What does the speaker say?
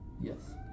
Yes